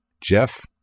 Jeff